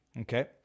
Okay